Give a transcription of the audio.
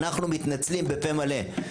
אנחנו מתנצלים בפה מלא.